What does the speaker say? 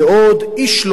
איש לא בא בטענות,